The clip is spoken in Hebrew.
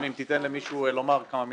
אם תיתן למישהו מהם לומר כמה מילים.